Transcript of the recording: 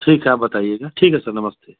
ठीक है आप बताइएगा ठीक है सर नमस्ते